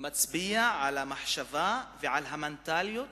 מצביעים על המחשבה ועל המנטליות